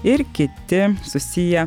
ir kiti susiję